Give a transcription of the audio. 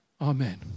Amen